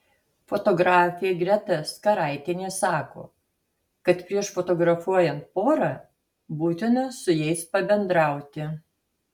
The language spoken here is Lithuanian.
fotografė greta skaraitienė sako kad prieš fotografuojant porą būtina su jais pabendrauti